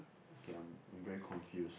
okay I'm I'm very confused